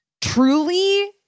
truly